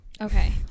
Okay